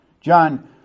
John